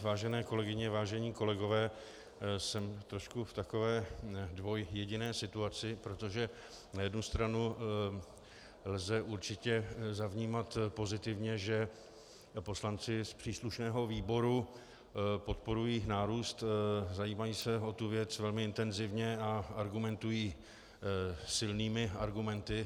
Vážené kolegyně, vážení kolegové, jsem trošku v takové dvojjediné situaci, protože na jednu stranu lze určitě zavnímat pozitivně, že poslanci příslušného výboru podporují nárůst, zajímají se o tu věc velmi intenzivně a argumentují silnými argumenty.